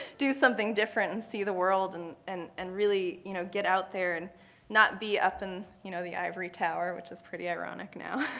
do something different and see the world and and and really, you know, get out there and not be up in, you know, the ivory tower, which is pretty ironic now.